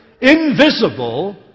invisible